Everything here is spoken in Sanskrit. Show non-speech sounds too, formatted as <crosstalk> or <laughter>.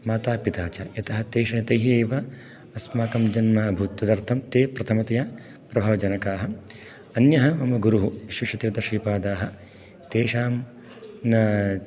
माता पिता च यतः तेषः तैः एव अस्माकं जन्म अभूत् तदर्थं ते प्रथमतया प्रभावजनकाः अन्यः मम गुरुः <unintelligible> श्रीपादाः तेषां न